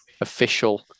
official